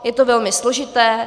Je to velmi složité.